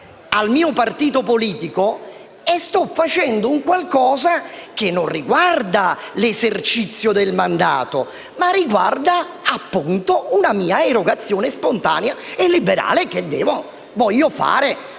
al mio partito politico, sto facendo un qualcosa che non riguarda l'esercizio del mandato. Si tratta di una mia erogazione spontanea e liberale che voglio fare